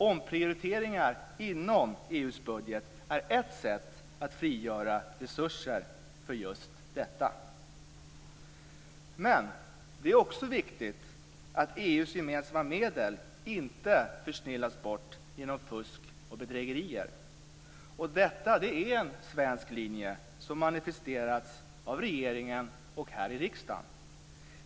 Omprioriteringar inom EU:s budget är ett sätt att frigöra resurser för just detta. Men det är också viktigt att EU:s gemensamma medel inte försnillas bort genom fusk och bedrägerier. Detta är en svensk linje som manifesterats av regeringen och här i riksdagen.